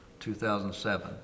2007